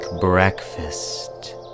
breakfast